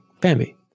Bambi